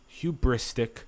hubristic